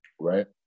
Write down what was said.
right